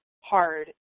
Hard